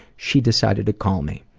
she decided to call me.